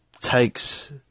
takes